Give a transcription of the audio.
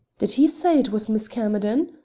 did he say it was miss camerden?